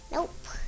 Nope